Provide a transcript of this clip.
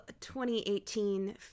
2018